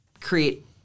create